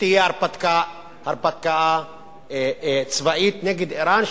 שתהיה הרפתקה צבאית נגד אירן,